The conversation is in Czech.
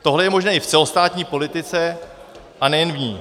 Tohle je možné i v celostátní politice a nejen v ní.